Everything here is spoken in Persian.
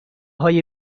های